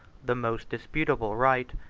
the most disputable right,